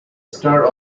star